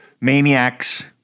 maniacs